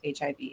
HIV